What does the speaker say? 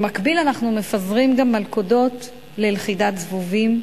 במקביל אנחנו מפזרים גם מלכודות ללכידת זבובים,